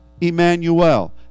Emmanuel